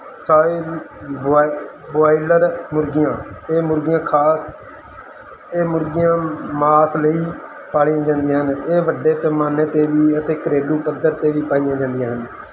ਸਾਰੇ ਬੋਏ ਬੋਇਲਰ ਮੁਰਗੀਆਂ ਇਹ ਮੁਰਗੀਆਂ ਖਾਸ ਇਹ ਮੁਰਗੀਆਂ ਮਾਸ ਲਈ ਪਾਲੀਆਂ ਜਾਂਦੀਆਂ ਨੇ ਇਹ ਵੱਡੇ ਪੈਮਾਨੇ 'ਤੇ ਵੀ ਅਤੇ ਘਰੇਲੂ ਪੱਧਰ 'ਤੇ ਵੀ ਪਾਈਆਂ ਜਾਂਦੀਆਂ ਹਨ